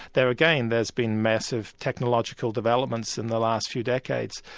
there again, there's been massive technological developments in the last few decades,